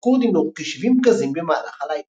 פי הכורדים נורו כ-70 פגזים במהלך הלילה.